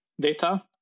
data